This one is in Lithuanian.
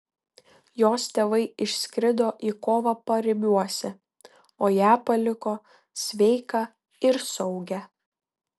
jos tėvai išskrido į kovą paribiuose o ją paliko sveiką ir saugią